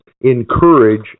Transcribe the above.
encourage